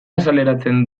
azaleratzen